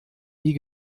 nie